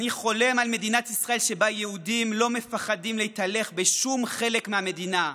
אני חולם על מדינת ישראל שבה יהודים לא מפחדים להתהלך בשום חלק מהמדינה,